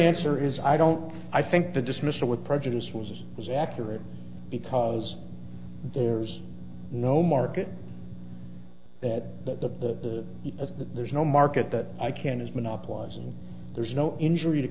answer is i don't i think the dismissal with prejudice was was accurate because there's no market that but the use of that there's no market that i can is monopolize and there's no injury to